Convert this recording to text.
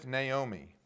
Naomi